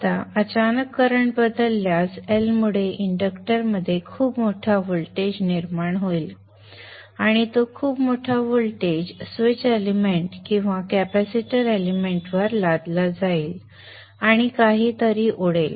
आता अचानक करंट बदलल्यास L मुळे इंडक्टरमध्ये खूप मोठा व्होल्टेज निर्माण होईल आणि तो खूप मोठा व्होल्टेज स्विच एलिमेंट किंवा कॅपॅसिटर एलिमेंट वर लादला जाईल आणि काहीतरी उडेल